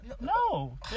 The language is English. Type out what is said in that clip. No